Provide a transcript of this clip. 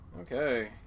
okay